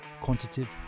Quantitative